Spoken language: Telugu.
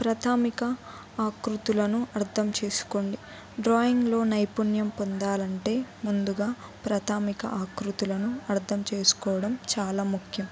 ప్రాథమిక ఆకృతులను అర్థం చేసుకోండి డ్రాయింగ్లో నైపుణ్యం పొందాలంటే ముందుగా ప్రాథమిక ఆకృతులను అర్థం చేసుకోవడం చాలా ముఖ్యం